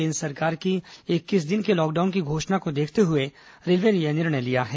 केन्द्र सरकार की इक्कीस दिन के लॉकडाउन की घोषणा को देखते हुए रेलवे ने यह निर्णय लिया है